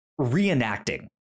Reenacting